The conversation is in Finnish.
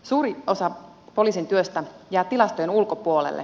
suuri osa poliisin työstä jää tilastojen ulkopuolelle